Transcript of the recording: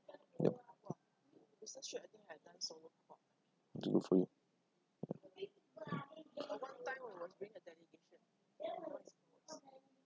yup go for it